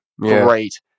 Great